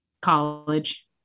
College